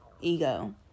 ego